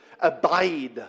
Abide